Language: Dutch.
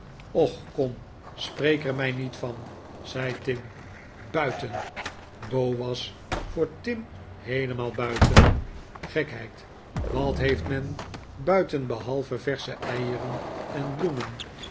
och kom spreek er mij niet van zei tim buiten bow was voor tim heelemaal buiten gekheid wat heeft men buiten behalve versche eieren en bloemen